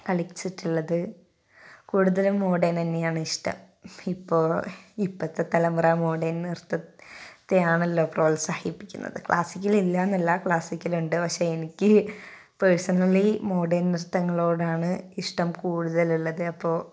കളിച്ചിട്ടുള്ളത് കൂടുതലും മോഡേൺ തന്നെയാണ് ഇഷ്ടം ഇപ്പോൾ ഇപ്പോഴത്തെ തലമുറ മോഡേൺ നൃത്തത്തെയാണല്ലോ പ്രോത്സാഹിപ്പിക്കുന്നത് ക്ലാസിക്കൽ ഇല്ല എന്നല്ല ക്ലാസിക്കൽ ഉണ്ട് പക്ഷേ എനിക്ക് പേഴ്സണലി മോഡേൺ നൃത്തങ്ങളോടാണ് ഇഷ്ടം കൂടുതൽ ഉള്ളത് അപ്പോൾ